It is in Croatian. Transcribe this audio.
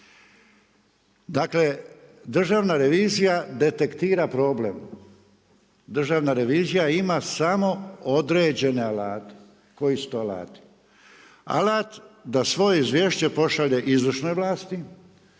Dakle, Državna revizija detektira problem, Državna revizija ima samo određene alate. Koji su to alati? Alat da svoje izvješće pošalje izvršnoj vlasti,